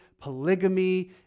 polygamy